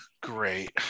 great